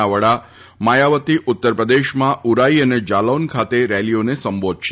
ના વડા માયાવતી ઉત્તરપ્રદેશમાં ઉરાઈ તથા જાલૌન ખાતે રેલીઓને સંબોધશે